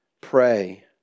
Pray